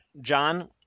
John